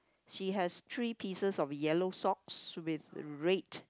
she has three pieces of yellow socks with red